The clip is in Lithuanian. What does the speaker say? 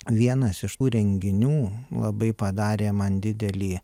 vienas iš renginių labai padarė man didelį